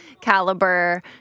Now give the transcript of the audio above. caliber